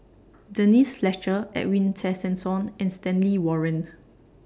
Denise Fletcher Edwin Tessensohn and Stanley Warren